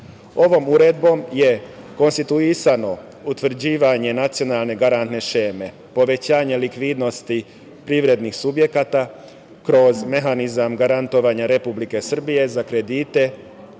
Ovom uredbom je konstituisano utvrđivanje nacionalne garantne šeme, povećanje likvidnosti privrednih subjekata kroz mehanizam garantovanja Republike Srbije za kredite